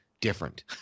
different